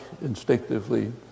instinctively